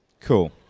Cool